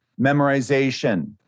memorization